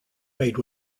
made